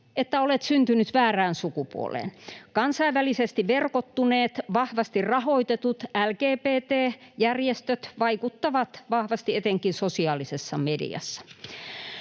että olet syntynyt väärään sukupuoleen. Kansainvälisesti verkottuneet, vahvasti rahoitetut LGBT-järjestöt vaikuttavat vahvasti etenkin sosiaalisessa mediassa.